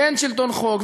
ואין שלטון חוק,